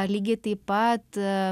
lygiai taip pat